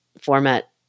format